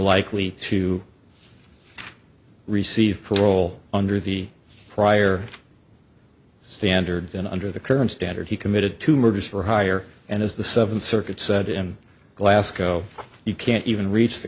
likely to receive parole under the prior standard than under the current standard he committed to murders for hire and as the seventh circuit said in glasgow you can't even reach the